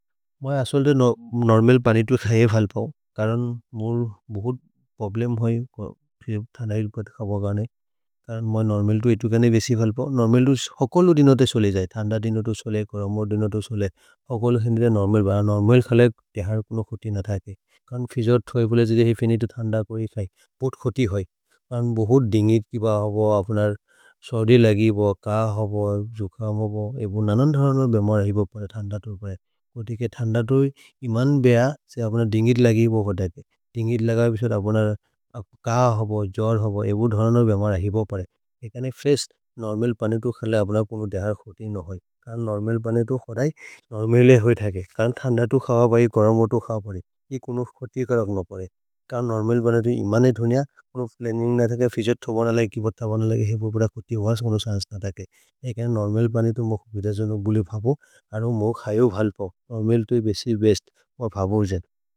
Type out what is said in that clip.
मोइ असल्ते नोर्मल् पानि तु खये फल्पओ करन् मोर् बहुत् प्रोब्लेम् होइ फिर् थन्द हि खते। खपओ गाने करन् मोइ नोर्मल् तु इतुकने बेसि फल्पओ नोर्मल् तु हकलो दिनोते सोले जये थन्द दिनोते। सोले करमोर् दिनोते सोले हकलो सिन्दिरे नोर्मल् भय नोर्मल् खले देहर् कुन खोति न थैते करन् क्रिजोर् थोइ। भ्होले जिदे हि फिनि तु थन्द करि खये पोत् खोति होइ। करन् बहुत् दिन्गित् कि भ होबो अपुनर् सौरि लगि बो क होबो जुकम् होबो। एबुन् अनन्द् धरन् हो बेम रहि बो कोति के थन्द तोहि इमन्। बेह से अपुनर् दिन्गित् लगि बो खोतैते दिन्गित् लग बिशोद् अपुनर् क होबो। जोर् होबो एबुन् धरन् हो बेम रहि बो परे एकने फ्रेश् नोर्मल् पानि। तु खले अपुनर् कुन देहर् खोति न होइ करन् नोर्मल् पानि तु खदै नोर्मले होइ। थैके करन् थन्द तु खब भै करमोर् तु खब परे करन् नोर्मल्। पानि तु इमने धुनिअ कुन फ्लन्गिन्ग् नहि थैके फ्रिजुर् थोबन लगि कि बत बन् लगि। खोति होअस् कुन सन्स् न थैके एकने नोर्मल् पानि तु मोख् बिद जोनु। बुले भबो अरोमु खय हो भल्पो नोर्मल् तोहि बेसि बेस्त् मोक् भबो उजेन्।